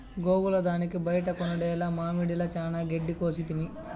గోవుల దానికి బైట కొనుడేల మామడిల చానా గెడ్డి కోసితిమి